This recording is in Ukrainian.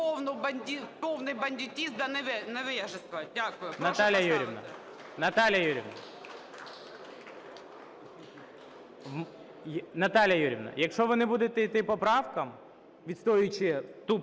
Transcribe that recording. Наталія Юріївна, якщо ви не будете іти по правкам, відстоюючи тут